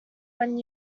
when